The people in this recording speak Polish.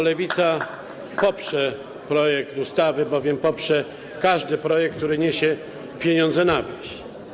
Lewica poprze projekt ustawy, bowiem poprze każdy projekt, który niesie pieniądze na wieś.